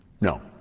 No